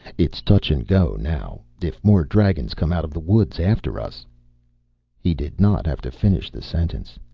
it's touch and go now. if more dragons come out of the woods after us he did not have to finish the sentence.